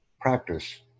practice